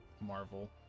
Marvel